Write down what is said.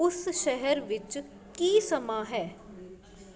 ਉਸ ਸ਼ਹਿਰ ਵਿੱਚ ਕੀ ਸਮਾਂ ਹੈ